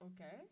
okay